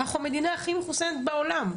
אנחנו המדינה הכי מחוסנת בעולם.